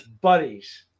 buddies